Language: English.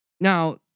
Now